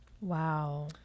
Wow